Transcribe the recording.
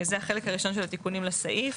זה החלק הראשון לתיקונים לסעיף,